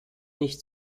nicht